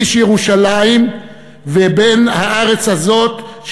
איש ירושלים ובן הארץ הזאת,